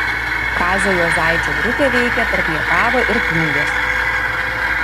kazio juozaičio grupė veikė tarp rietavo ir plungės